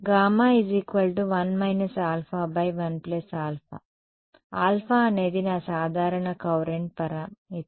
γ 1 α1 α α అనేది నా సాధారణ కౌరంట్ పరామితి